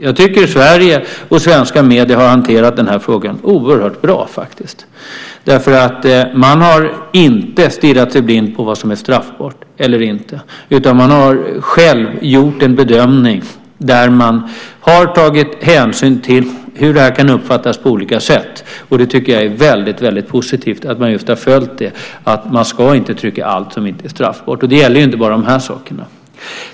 Jag tycker att Sverige och svenska medier har hanterat den här frågan oerhört bra, faktiskt, därför att man har inte stirrat sig blind på vad som är straffbart eller inte, utan man har själv gjort en bedömning där man har tagit hänsyn till hur det här kan uppfattas på olika sätt, och jag tycker att det är väldigt positivt att man just har följt det att man inte ska trycka allt som inte är straffbart. Det gäller ju inte bara de här sakerna.